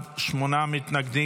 בעד, שמונה מתנגדים.